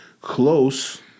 close